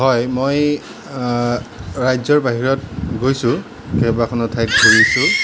হয় মই ৰাজ্যৰ বাহিৰত গৈছোঁ কেইবাখনো ঠাইত গৈছোঁ